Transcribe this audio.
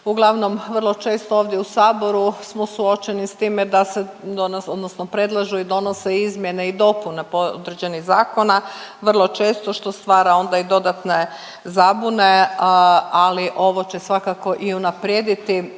Uglavnom vrlo često ovdje u saboru smo suočeni s time da se predlažu i donose Izmjene i dopune određenih zakona vrlo često što stvara onda i dodatne zabune. Ali ovo će svakako i unaprijediti